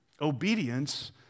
Obedience